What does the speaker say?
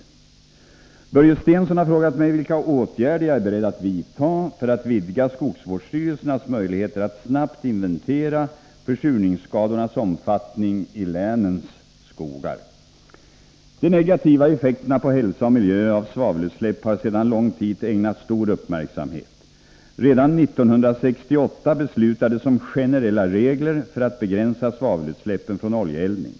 Nr 44 Börje Stensson har frågat mig vilka åtgärder jag är beredd att vidta för att Måndagen den vidga skogsvårdsstyrelsernas möjligheter att snabbt inventera försurnings 12 december 1983 skadornas omfattning i länens skogar. De negativa effekterna på hälsa och miljö av svavelutsläpp har sedan lång Om åtgärder mot tid tillbaka ägnats stor uppmärksamhet. Redan 1968 beslutades om generella försurning av mark regler för att begränsa svavelutsläppen från oljeeldning.